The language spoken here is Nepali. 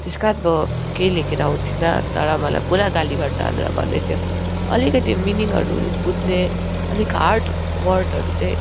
त्यस कारण म केही लेखेर आउँदिन तर मलाई पुरा गाली गर्छ भनेर भन्दै थियो अलिकति मिनिङहरू बुझ्ने अलिक हार्ड वर्डहरू चाहिँ